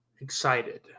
excited